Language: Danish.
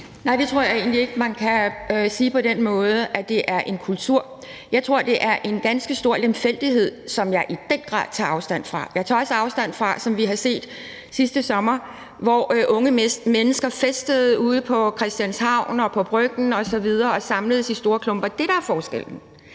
Nej, jeg tror egentlig ikke, at man kan sige det på den måde, at det er en kultur. Jeg tror, det er en ganske stor lemfældighed, som jeg i den grad tager afstand fra. Jeg tager også afstand fra det, som vi så sidste sommer, hvor unge mennesker festede ude på Christianshavn og på Bryggen osv. og samledes i store klumper. Det, der er forskellen,